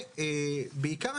בעיקר,